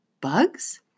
Bugs